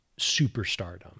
superstardom